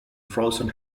frozen